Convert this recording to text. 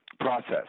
Process